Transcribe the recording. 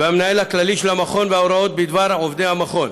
והמנהל הכללי של המכון והוראות בדבר עובדי המכון.